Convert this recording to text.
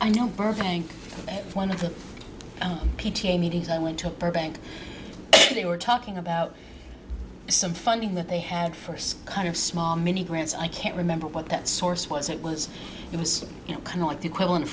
i know burbank one of the p t a meetings i went to her bank they were talking about some funding that they had first kind of small mini grants i can't remember what that source was it was it was kind of like the equivalent